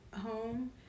home